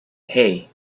hey